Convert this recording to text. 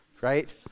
right